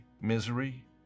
misery